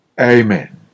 Amen